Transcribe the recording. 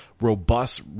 robust